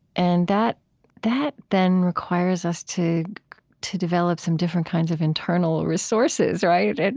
and that that then requires us to to develop some different kinds of internal resources. right? and